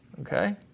okay